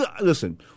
Listen